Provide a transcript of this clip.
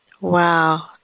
Wow